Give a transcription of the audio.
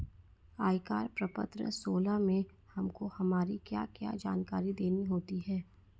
आयकर प्रपत्र सोलह में हमको हमारी क्या क्या जानकारी देनी होती है?